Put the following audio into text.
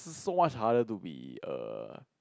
so much harder to be a